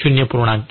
15 0